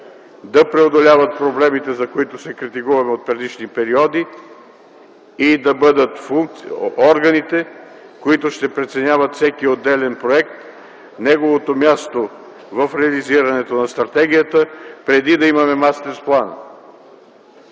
да преодоляват проблемите от предишни периоди, които се критикуват, и да бъдат органите, които ще преценяват всеки отделен проект, неговото място в реализирането на стратегията, преди да имаме мастерс план.